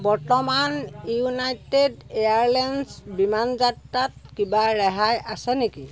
বৰ্তমান United Airlines বিমান যাত্ৰাত কিবা ৰেহাই আছে নেকি